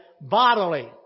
bodily